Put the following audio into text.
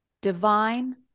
divine